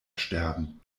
sterben